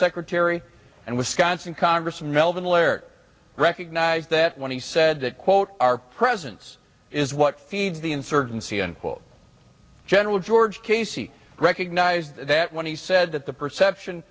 secretary and wisconsin congressman melvin laird recognized that when he said that quote our presence is what feeds the insurgency and quote general george casey recognized that when he said that the perception